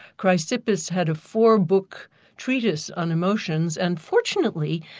chrysippus had a four-book treatise on emotions and fortunately,